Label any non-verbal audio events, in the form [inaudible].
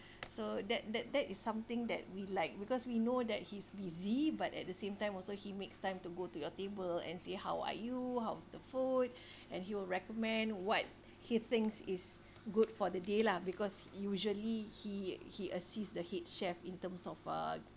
so that that that is something that we liked because we know that he's busy but at the same time also he makes time to go to your table and see how are you how's the food [breath] and he will recommend what he thinks is good for the day lah because usually he he assist the head chef in terms of uh